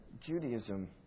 Judaism